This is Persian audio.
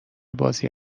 بازی